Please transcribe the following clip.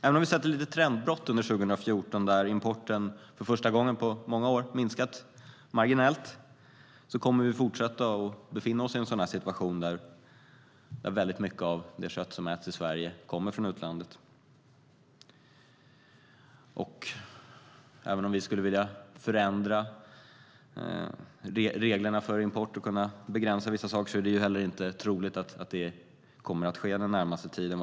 Även om vi sett ett litet trendbrott under 2014, då importen minskade marginellt för första gången på många år, kommer vi att fortsätta att befinna oss i en sådan här situation där mycket av det kött som äts i Sverige kommer från utlandet. Även om vi skulle vilja förändra reglerna för import och kunna begränsa vissa saker är det inte troligt att det kommer att ske den närmaste tiden.